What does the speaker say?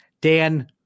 Dan